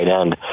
end